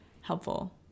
helpful